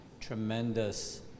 tremendous